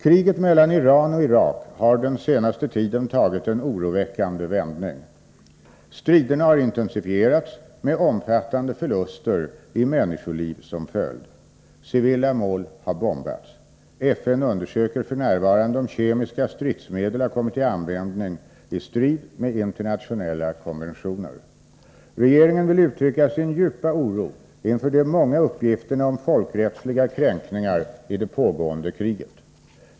Kriget mellan Iran och Irak har den senaste tiden tagit en oroväckande vändning. Striderna har intensifierats med omfattande förluster i människoliv som följd. Civila mål har bombats. FN undersöker f.n. om kemiska stridsmedel har kommit till användning i strid med internationella konventioner. Regeringen vill uttrycka sin djupa oro inför de många uppgifterna om folkrättsliga kränkningar i det pågående kriget.